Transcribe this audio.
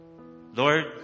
Lord